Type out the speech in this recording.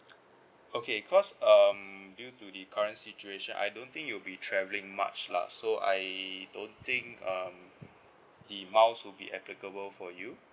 okay cause um due to the current situation I don't think you'll be travelling much lah so I don't think um the miles will be applicable for you